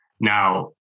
now